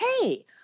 hey